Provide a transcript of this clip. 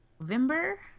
November